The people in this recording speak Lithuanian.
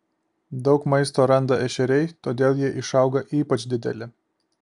daug maisto randa ešeriai todėl jie išauga ypač dideli